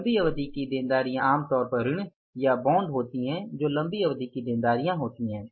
लंबी अवधि की देनदारियां आमतौर पर ऋण या बॉन्ड होती हैं जो लंबी अवधि की देनदारियां होती हैं